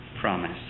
promise